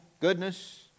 goodness